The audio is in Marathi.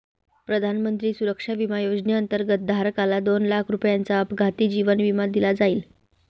प्रधानमंत्री सुरक्षा विमा योजनेअंतर्गत, धारकाला दोन लाख रुपयांचा अपघाती जीवन विमा दिला जाईल